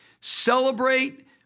Celebrate